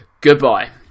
goodbye